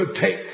take